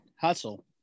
hustle